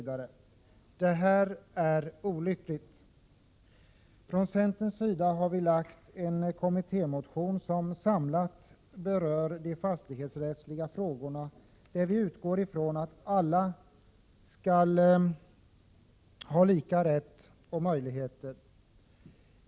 Det här är olyckligt. Från centerns sida har vi väckt en kommittémotion som samlat berör de fastighetsrättsliga frågorna, där vi utgår ifrån att alla skall ha lika rätt och möjligheter.